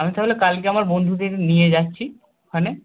আমি তাহলে কালকে আমার বন্ধুদের নিয়ে যাচ্ছি ওখানে